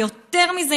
ויותר מזה,